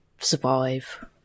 survive